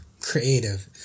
creative